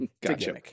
Gotcha